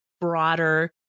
broader